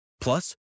Plus